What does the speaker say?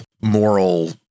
moral